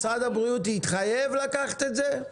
משרד הבריאות התחייב לקחת את זה?